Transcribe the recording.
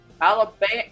Alabama